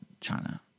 China